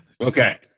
Okay